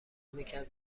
میکرد